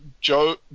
Joe